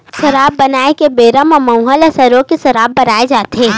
सराब बनाए के बेरा म मउहा ल सरो के सराब बनाए जाथे